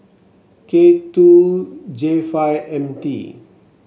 K two J five M T